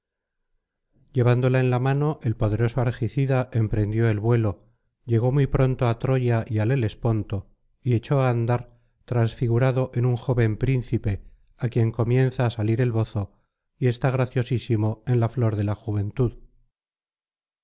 llevándola en la mano el poderoso argicida emprendió el vuelo llegó muy pronto á troya y al helesponto y echó á andar transfigurado en un joven príncipe á quien comienza á salir el bozo y está graciosísimo en la flor de la juventud